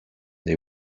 they